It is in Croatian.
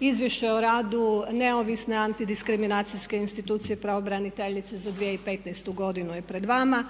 Izvješće o radu neovisne antidiskriminacijske institucije pravobraniteljice za 2015. godinu je pred vama.